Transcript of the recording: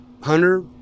Hunter